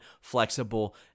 flexible